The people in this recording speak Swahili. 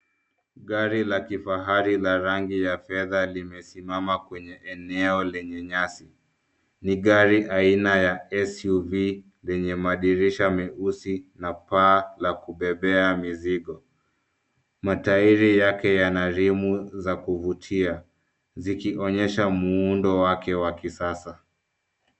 Gari la kifahari la rangi ya fedha limesimama kwenye eneo lenye nyasi. Ni gari aina ya suv, lenye madirisha meusi na paa la kubebea mizigo. Matairi yake yana rimu za kuvutia zikionyesha muundo wake wa kisasa.